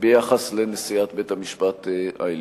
ביחס לנשיאת בית-המשפט העליון.